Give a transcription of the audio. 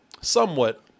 somewhat